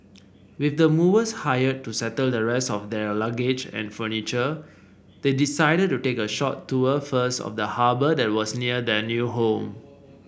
with the movers hired to settle the rest of their luggage and furniture they decided to take a short tour first of the harbour that was near their new home